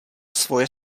svoje